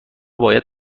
باید